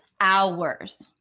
hours